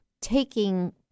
taking